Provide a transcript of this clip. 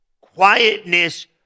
quietness